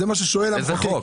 זה מה ששואל המחוקק?